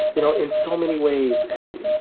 you know, in so many ways, eddie,